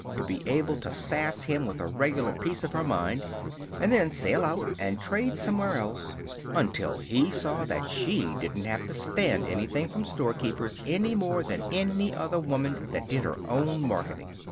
to be able to sass him with a regular piece of her mind and then sail out and trade somewhere else until he saw that she didn't have to stand anything from storekeepers, any more than any other woman that did her own marketing.